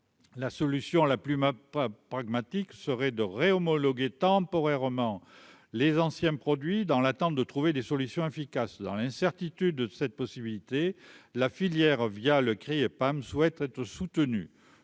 La solution la plus ma pas pragmatique serait de re-homologué temporairement les anciens produits dans l'attente de trouver des solutions efficaces dans l'incertitude de cette possibilité, la filière via le crier Pam souhaiterait soutenu,